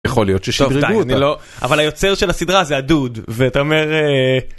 יכול להיות ששידרגו אותה. טוב די, אני לא... אבל היוצר של הסדרה זה הדוד ואתה אומר